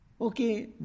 Okay